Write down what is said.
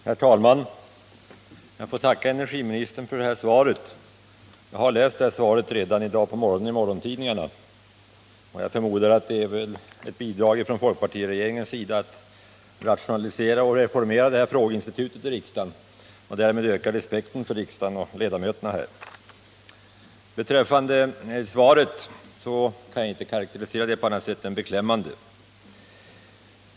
Herr talman! Jag får tacka energiministern för hans svar på min fråga. Jag har läst det i morse i morgontidningarna, och jag förmodar att denna publicering är ett bidrag från folkpartiregeringen till att rationalisera och reformera frågeinstitutet i riksdagen och därmed öka respekten för riksdagen och dess ledamöter. Jag kan inte karakterisera svaret på annat sätt än som beklämmande.